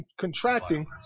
contracting